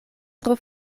tro